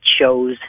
shows